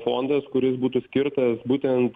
fondas kuris būtų skirtas būtent